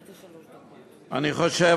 אני חושב,